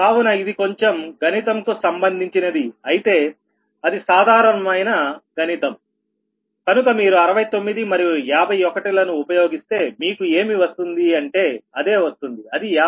కావున ఇది కొంచెం గణితం కు సంబంధించినది అయితే అది సాధారణమైన గణితంకనుక మీరు 69 మరియు 51 లను ఉపయోగిస్తే మీకు ఏమి వస్తుందంటే అదే వస్తుంది అది 51